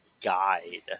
guide